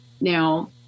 Now